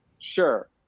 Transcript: sure